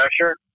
pressure